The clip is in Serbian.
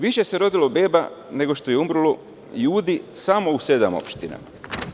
Više se rodilo beba nego što je umrlo ljudi samo u sedam opština.